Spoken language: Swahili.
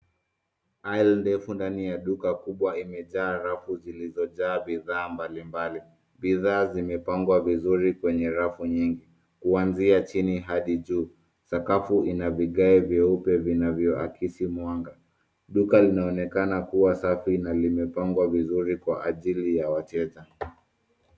Aile ndefu ndani ya duka kubwa imejaa rafu zilizojaa bidhaa mbalimbali. Bidhaa zimepangwa vizuri kwenye rafu nyingi kuanzia chini hadi juu. Sakafu ina vigae vyeupe vinavyoakisi mwanga. Duka linaonekana kuwa safi na limepangwa vizuri kwa ajili ya wateja.